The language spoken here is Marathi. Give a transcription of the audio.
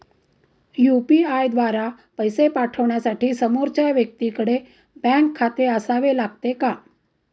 यु.पी.आय द्वारा पैसे पाठवण्यासाठी समोरच्या व्यक्तीकडे बँक खाते असावे लागते का?